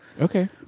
Okay